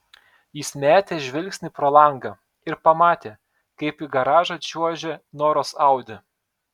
jis metė žvilgsnį pro langą ir pamatė kaip į garažą čiuožia noros audi